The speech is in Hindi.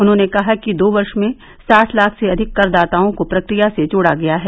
उन्होंने कहा कि दो वर्ष में साठ लाख से अधिक करदाताओं को प्रक्रिया से जोड़ा गया है